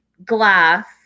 glass